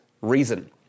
reason